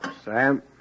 Sam